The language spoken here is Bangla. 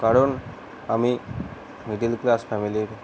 কারণ আমি মিডিল ক্লাস ফ্যামিলির